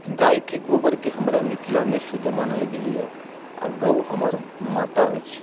गायके गोबरके हमरा मिथिलामे शुद्ध मानल गेलैए आओर गाँव हमर माता अछि